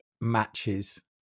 matches